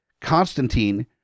Constantine